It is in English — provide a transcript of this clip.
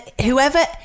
whoever